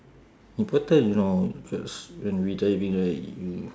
important you know cause when we driving right you